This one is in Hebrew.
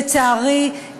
לצערי,